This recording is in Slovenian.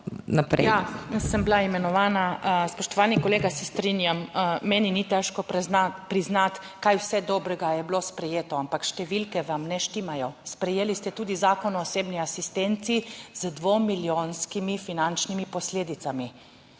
Ja, sem bila imenovana. Spoštovani kolega, se strinjam, meni ni težko priznati, kaj vse dobrega je bilo sprejeto, ampak številke vam ne štimajo. Sprejeli ste tudi Zakon o osebni asistenci z dvo milijonskimi finančnimi posledicami.